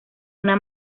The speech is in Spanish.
una